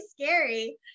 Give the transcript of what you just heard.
scary